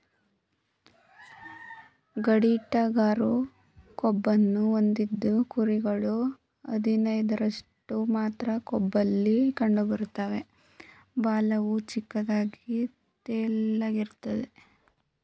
ಗಡ್ಡಿಟಗರು ಕೊಂಬನ್ನು ಹೊಂದಿದ್ದು ಕುರಿಗಳು ಹದಿನೈದರಷ್ಟು ಮಾತ್ರ ಕೊಂಬಲ್ಲಿ ಕಂಡುಬರ್ತವೆ ಬಾಲವು ಚಿಕ್ಕದಾಗಿ ತೆಳ್ಳಗಿರ್ತದೆ